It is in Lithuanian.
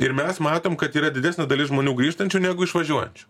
ir mes matom kad yra didesnė dalis žmonių grįžtančių negu išvažiuojančių